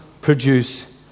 produce